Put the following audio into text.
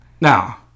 Now